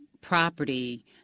property